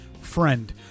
friend